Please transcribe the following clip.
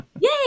Yay